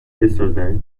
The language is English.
yesterday